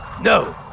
NO